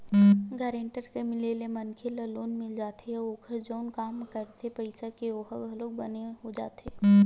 guarantor के मिले ले मनखे ल लोन मिल जाथे अउ ओखर जउन काम रहिथे पइसा के ओहा घलोक बने हो जाथे